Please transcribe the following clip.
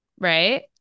right